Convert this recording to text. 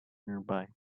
nearby